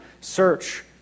Search